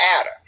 adder